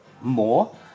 more